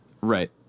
Right